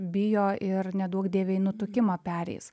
bijo ir neduok dieve į nutukimą pereis